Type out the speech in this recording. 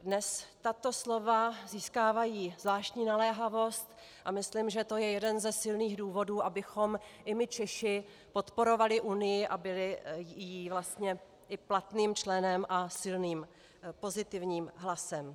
Dnes tato slova získávají zvláštní naléhavost a myslím, že to je jeden ze silných důvodů, abychom i my Češi podporovali Unii a byli jí i platným členem a silným, pozitivním hlasem.